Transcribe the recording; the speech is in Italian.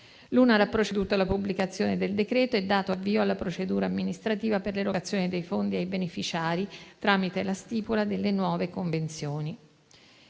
L'UNAR ha proceduto alla pubblicazione del decreto e dato avvio alla procedura amministrativa per l'erogazione dei fondi ai beneficiari, tramite la stipula delle nuove convenzioni.